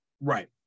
Right